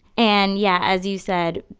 and yeah, as you said,